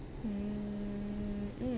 mm